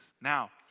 Now